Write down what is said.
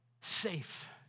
safe